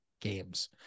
games